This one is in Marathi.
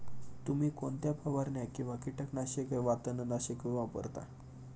तुम्ही कोणत्या फवारण्या किंवा कीटकनाशके वा तणनाशके वापरता?